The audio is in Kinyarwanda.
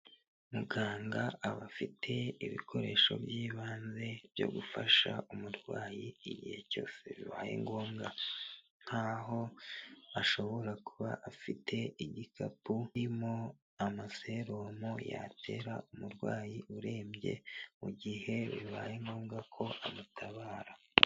Muganga aba afite ibikoresho by'ibanze byo gufasha umurwayi igihe cyose bibaye ngombwa, nkaho ashobora kuba afite igikapu kirimo amaserumo yatera umurwayi urembye, mu gihe bibaye ngombwa ko amutabara.